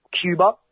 cuba